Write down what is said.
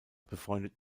befreundet